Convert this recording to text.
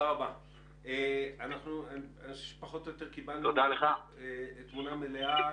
אנחנו פחות או יותר קיבלנו תמונה מלאה.